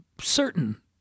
certain